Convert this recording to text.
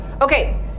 Okay